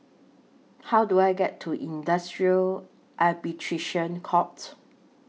How Do I get to Industrial Arbitration Court